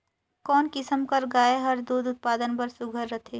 कोन किसम कर गाय हर दूध उत्पादन बर सुघ्घर रथे?